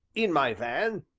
in my van.